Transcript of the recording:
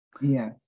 Yes